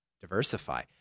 diversify